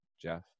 Jeff